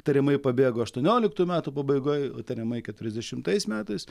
tariamai pabėgo aštuonioliktų metų pabaigoj o tariamai keturiasdešimtais metais